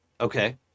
Okay